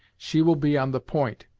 she will be on the point,